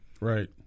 Right